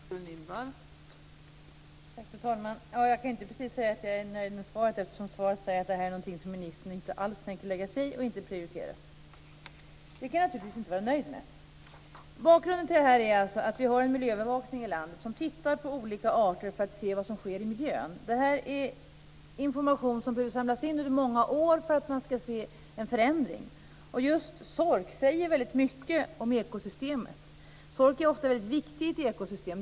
Fru talman! Jag kan inte precis säga att jag är nöjd med svaret, eftersom svaret säger att det här är någonting som ministern inte alls tänker lägga sig i och inte prioritera. Det kan jag naturligtvis inte vara nöjd med. Bakgrunden till frågan är att vi har en miljöövervakningsnämnd i landet som undersöker olika arter för att se vad som sker i miljön. Det här är information som behöver samlas in under många år för att man ska se en förändring. Just sork säger väldigt mycket om ekosystemet. Sork är ofta väldigt viktig i ett ekosystem.